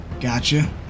Gotcha